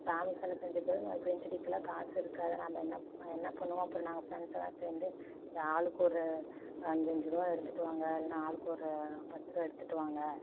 சாமி செலை செஞ்ச பிறகு நம்ம பெய்ண்ட் அடிக்கலாம் காசு இருக்காது நம்ப என்ன என்ன பண்ணுவோம் அப்புறம் நாங்கள் ஃப்ரெண்ட்ஸ் எல்லாம் சேர்ந்து ஆளுக்கு ஒரு அஞ்சஞ்சுருவா எடுத்துகிட்டு வாங்க இல்லைன்னா ஆளுக்கு ஒரு பத்துரூவா எடுத்துகிட்டு வாங்க